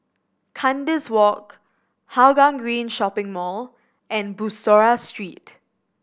Kandis Walk Hougang Green Shopping Mall and Bussorah Street